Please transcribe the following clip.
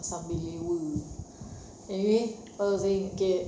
sambil lewa anyway what I was saying okay